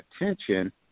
attention